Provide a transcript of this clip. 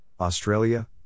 Australia